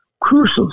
crucial